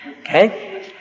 Okay